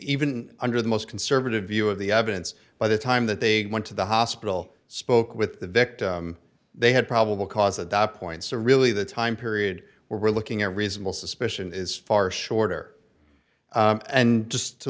even under the most conservative view of the evidence by the time that they went to the hospital spoke with the victim they had probable cause adopt points are really the time period where we're looking at reasonable suspicion is far shorter and just to